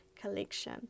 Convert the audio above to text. collection